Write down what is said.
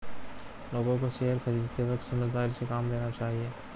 लोगों को शेयर खरीदते वक्त समझदारी से काम लेना चाहिए